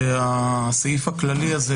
הסעיף הכללי הזה,